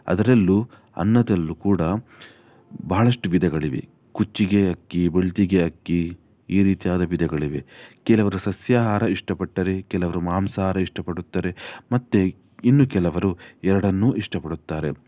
ಅದರಲ್ಲೂ ಅನ್ನದಲ್ಲೂ ಕೂಡ ಭಾಳಷ್ಟು ವಿಧಗಳಿವೆ ಕುಚ್ಚಿಗೆ ಅಕ್ಕಿ ಬಿಳ್ತಿಗೆ ಅಕ್ಕಿ ಈ ರೀತಿಯಾದ ವಿಧಗಳಿವೆ ಕೆಲವರು ಸಸ್ಯಾಹಾರ ಇಷ್ಟಪಟ್ಟರೆ ಕೆಲವರು ಮಾಂಸಹಾರ ಇಷ್ಟಪಡುತ್ತಾರೆ ಮತ್ತು ಇನ್ನು ಕೆಲವರು ಎರಡನ್ನೂ ಇಷ್ಟಪಡುತ್ತಾರೆ